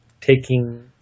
taking